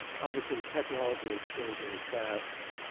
obviously the technology is changing fast